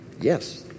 Yes